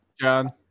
John